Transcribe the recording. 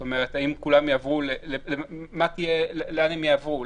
זאת אומרת, לאן הם יעברו,